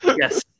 Yes